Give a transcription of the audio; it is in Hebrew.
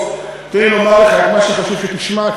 תן לי לומר לך את מה שחשוב שתשמע,